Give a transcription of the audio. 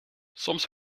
soms